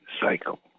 cycle